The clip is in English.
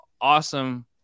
awesome